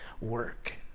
work